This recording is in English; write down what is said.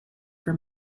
for